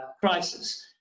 crisis